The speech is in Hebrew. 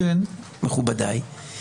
מכובדיי,